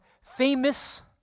famous